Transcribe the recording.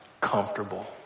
comfortable